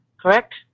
Correct